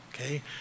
okay